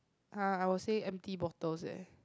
ah I will say empty bottles eh